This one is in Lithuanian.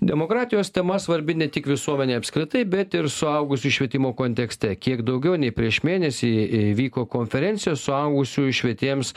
demokratijos tema svarbi ne tik visuomenei apskritai bet ir suaugusiųjų švietimo kontekste kiek daugiau nei prieš mėnesį vyko konferencijos suaugusiųjų švietėjams